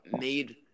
made